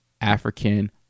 African